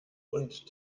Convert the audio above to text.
und